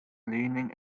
leaning